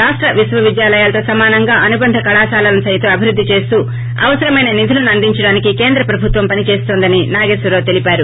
రాష్ట విశ్వవిద్యాలయాలతో సమానంగా అనుబంధ కళాశాలలను సైతం అభివృద్ధి చేస్తూ అవసరమైన నిధులను అందించడానికి కేంద్ర ప్రభుత్వం పనిచేస్తోందని నాగేశ్వరరావు తెలిపారు